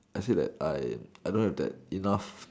I say that I I don't have that enough